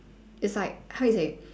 it's like how you say